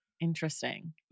Interesting